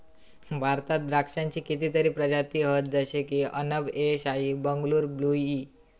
भारतात द्राक्षांची कितीतरी प्रजाती हत जशे की अनब ए शाही, बंगलूर ब्लू ई